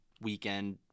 weekend